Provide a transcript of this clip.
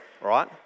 right